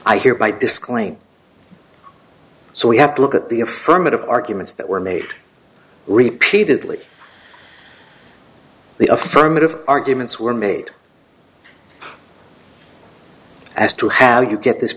i hereby disclaim so we have to look at the affirmative arguments that were made repeatedly the affirmative arguments were made as to how you get this